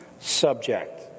subject